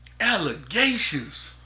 allegations